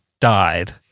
died